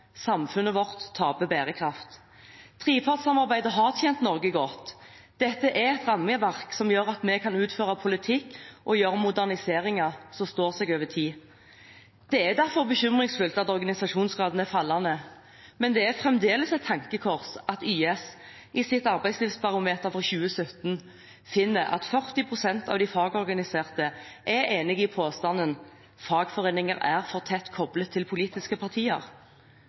Samfunnet vårt taper bærekraft. Trepartssamarbeidet har tjent Norge godt. Dette er et rammeverk som gjør at vi kan utføre politikk og moderniseringer som står seg over tid. Det er derfor bekymringsfullt at organisasjonsgraden er fallende, men det er fremdeles et tankekors at YS i sitt arbeidslivsbarometer for 2017 finner at 40 pst. av de fagorganiserte er enig i påstanden: «Fagforeninger er for tett koplet til politiske partier.»